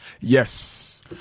Yes